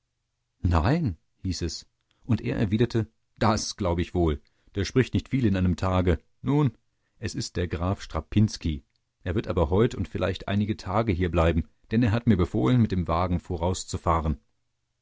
nein hieß es und er erwiderte das glaub ich wohl der spricht nicht viel in einem tage nun es ist der graf strapinski er wird aber heut und vielleicht einige tage hierbleiben denn er hat mir befohlen mit dem wagen vorauszufahren